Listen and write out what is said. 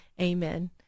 amen